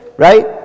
Right